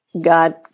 God